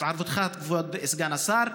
כבוד סגן השר,